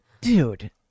dude